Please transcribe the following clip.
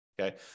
okay